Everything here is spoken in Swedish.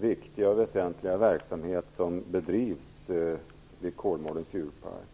viktiga verksamhet som bedrivs vid Kolmårdens djurpark.